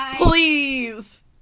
Please